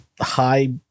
high